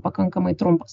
pakankamai trumpas